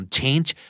change